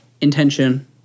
intention